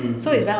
mm